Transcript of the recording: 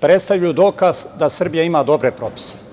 predstavlja dokaz da Srbija ima dobre propise.